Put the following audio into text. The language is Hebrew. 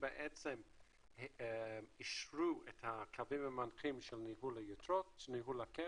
בעצם אישרו את הקווים המנחים של ניהול הקרן,